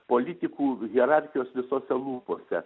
politikų hierarchijos visos lūpose